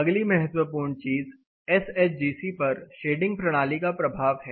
अगली महत्वपूर्ण चीज एस एच जी सी पर शेडिंग प्रणाली का प्रभाव है